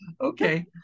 Okay